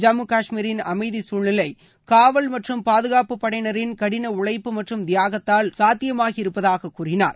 ஜம்மு கஷ்மீரில் அமைதி சூழ்நிலை காவல் மற்றும் பாதுகாப்பு படையினரின் கடின உழைப்பு மற்றும் தியாகத்தால் சாத்தியமாகி இருப்பதாக அவர் கூறினார்